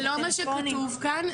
זה לא מה שכתוב כאן.